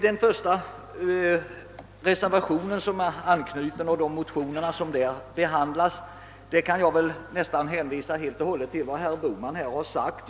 Beträffande reservationen 1 kan jag hänvisa till vad herr Bohman sagt.